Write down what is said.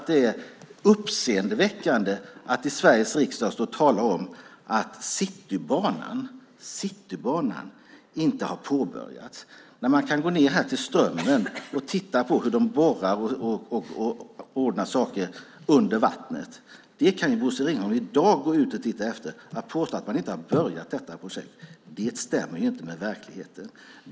Det är uppseendeväckande att i Sveriges riksdag stå och tala om att Citybanan inte har påbörjats när man kan gå ned till Strömmen och se hur de borrar och ordnar saker under vattnet. Det kan Bosse Ringholm gå och titta på i dag. Att påstå att man inte har börjat med detta projekt stämmer inte med verkligheten.